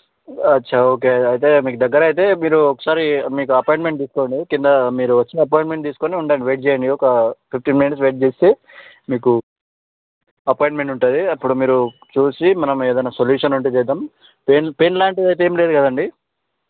అచ్చా ఓకే అయితే మీకు దగ్గర అయితే మీరు ఒకసారి మీకు అపాయింట్మెంట్ తీసుకొని క్రింద మీరు వచ్చిన అపాయింట్మెంట్ తీసుకొని ఉండండి వెయిట్ చేయండి ఒక ఫిఫ్టీన్ మినిట్స్ వెయిట్ చేస్తే మీకు అపాయింట్మెంట్ ఉంటుంది అప్పుడు మీరు చూసి మనం ఏదైనా సొల్యూషన్ ఉంటే చేద్దాము పెయిన్ పెయిన్ లాంటిది అయితే ఏం లేదు కదండీ